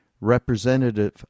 representative